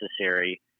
necessary